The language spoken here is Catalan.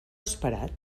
esperat